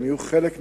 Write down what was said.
הם יהיו חלק מהענף,